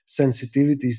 sensitivities